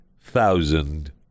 thousand